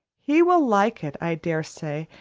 he will like it, i dare say,